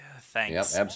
thanks